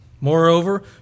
Moreover